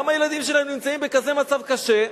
גם הילדים שלהם נמצאים בכזה מצב קשה,